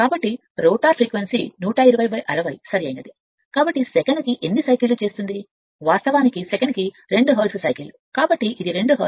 కాబట్టి rotor frequency 12060 సరైనది కాబట్టి సెకనుకు ఎన్ని సైకిళ్ళు వాస్తవానికి సెకనుకు 2 హెర్ట్జ్ సైకిళ్ళు కాబట్టి ఇది 2 హెర్ట్జ్ సరైనది